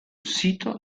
sito